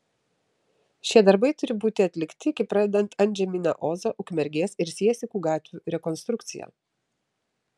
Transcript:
šie darbai turi būti atlikti iki pradedant antžeminę ozo ukmergės ir siesikų gatvių rekonstrukciją